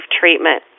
treatment